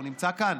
הוא נמצא כאן?